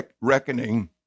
Reckoning